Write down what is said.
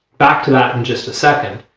back to that in just a second,